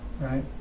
right